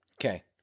Okay